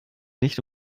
nicht